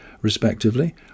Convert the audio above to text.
respectively